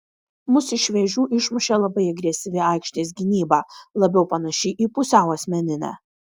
mus iš vėžių išmušė labai agresyvi aikštės gynyba labiau panaši į pusiau asmeninę